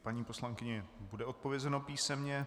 Paní poslankyni bude odpovězeno písemně.